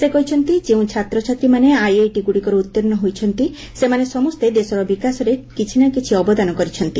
ସେ କହିଛନ୍ତି ଯେଉଁ ଛାତ୍ରଛାତ୍ରୀମାନେ ଆଇଆଇଟି ଗୁଡ଼ିକରୁ ଉତ୍ତୀର୍ଷ ହୋଇଛନ୍ତି ସେମାନେ ସମସ୍ତେ ଦେଶର ବିକାଶରେ କିଛିନାକିଛି ଅବଦାନ କରିଛନ୍ତି